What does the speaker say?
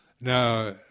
Now